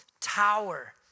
tower